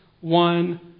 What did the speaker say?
one